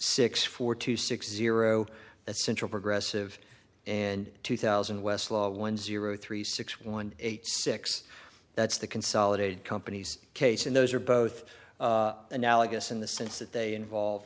six four two six zero that's central progressive and two thousand and westlaw one zero three six one eight six that's the consolidated companies case and those are both analogous in the sense that they involve